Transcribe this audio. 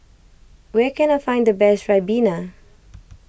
where can I find the best Ribena